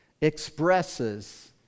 expresses